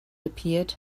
appeared